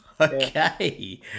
Okay